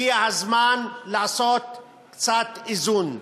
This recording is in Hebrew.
הגיע הזמן לעשות קצת איזון.